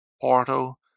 Porto